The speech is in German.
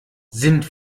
sind